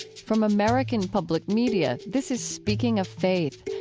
from american public media, this is speaking of faith,